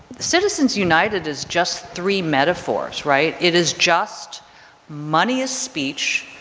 citizens united is just three metaphors, right? it is just money is speech,